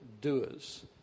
doers